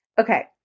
Okay